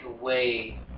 away